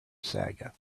saga